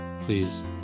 please